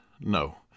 No